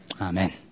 Amen